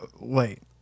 wait